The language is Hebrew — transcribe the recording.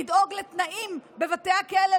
צריך לדאוג לתנאים בבתי הכלא,